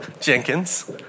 Jenkins